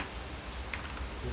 with a bayonet